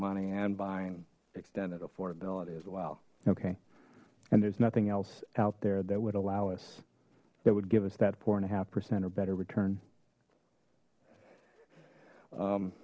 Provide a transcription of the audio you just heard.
money and buying extended affordability as well okay and there's nothing else out there that would allow us that would give us that poor and a half percent or better return